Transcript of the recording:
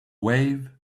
wave